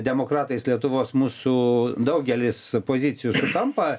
demokratais lietuvos mūsų daugelis pozicijų sutampa